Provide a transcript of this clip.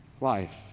life